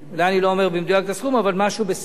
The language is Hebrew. אולי אני לא אומר במדויק את הסכום אבל משהו בסביבות,